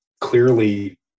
clearly